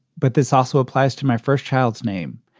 but this also applies to my first child's name,